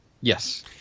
Yes